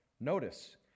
notice